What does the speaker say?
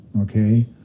Okay